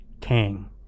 Kang